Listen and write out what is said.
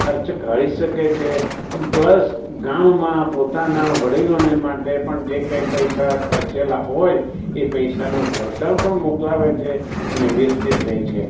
ખર્ચ કાઢી શકે છે પ્લસ ગામમાં પોતાના વડીલોને માટે પણ તે કઈ પૈસા ખર્ચેલા હોય એ પૈસાનો વળતર પણ મોકલાવે છે અને વ્યવસ્થિત રહે છે